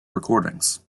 recordings